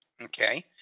okay